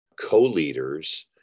co-leaders